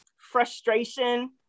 frustration